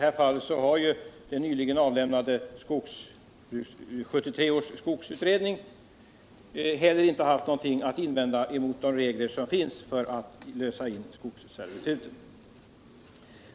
Här har inte heller 1973 års skogsutredning, som nyligen avlämnade sitt betänkande, haft något att invända mot de regler som finns för att lösa in skogsservitut.